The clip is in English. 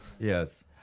Yes